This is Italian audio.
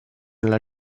alla